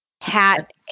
hat